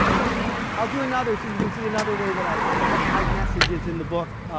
yeah i'll do another so you can see another way that i i hide messages in the book.